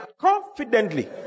confidently